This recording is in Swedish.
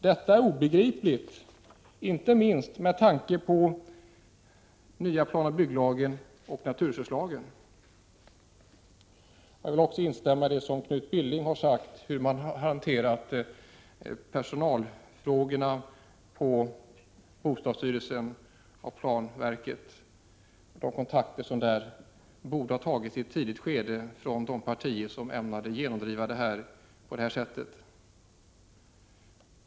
Detta är obegripligt, inte minst med tanke på den nya planoch bygglagen och naturresurslagen. Jag vill också instämma i det som Knut Billing har sagt om hantering av personalfrågorna på bostadsstyrelsen och planverket, nämligen att kontak terna borde ha tagits på ett tidigt skede av de partier som ämnar genomdriva flyttningen.